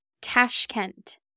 Tashkent